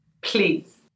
Please